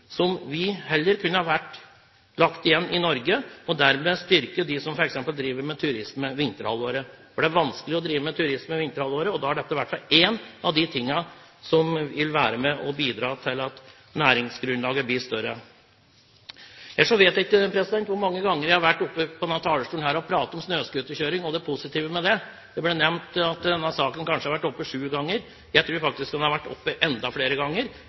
vi heller valgt å legge igjen i Norge og dermed styrket dem som f.eks. driver med turisme i vinterhalvåret. Det er vanskelig å drive med turisme i vinterhalvåret, og da er dette i hvert fall en av de tingene som vil være med på å bidra til at næringsgrunnlaget blir større. Ellers vet jeg ikke hvor mange ganger jeg har vært på denne talerstolen og pratet om snøscooterkjøring og det positive ved det. Det ble nevnt at denne saken kanskje har vært oppe sju ganger. Jeg tror faktisk den har vært oppe enda flere ganger.